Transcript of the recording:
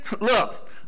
Look